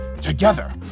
Together